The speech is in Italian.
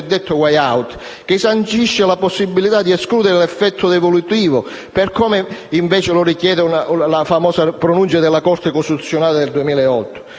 cosiddetto *way out*, che sancisce la possibilità di escludere l'effetto devolutivo, per come richiesto invece da una famosa pronuncia della Corte costituzionale nel 2008.